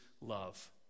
love